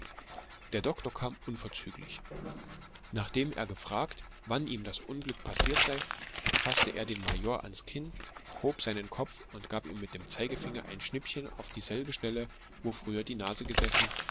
der doktor kam unverzüglich nachdem er gefragt wann ihm das unglück passiert sei faßte er den major ans kinn hob seinen kopf und gab ihm mit dem zeigefinger ein schnippchen auf dieselbe stelle wo früher die nase gesessen